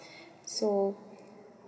so